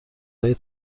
های